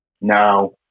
No